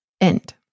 end